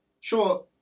sure